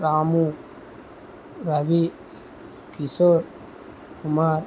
Ramu Ravi Kishore Kumar